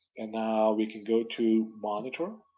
and now we can go to monitor,